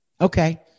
Okay